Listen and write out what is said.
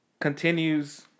Continues